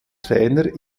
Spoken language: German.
trainer